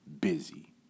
busy